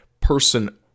person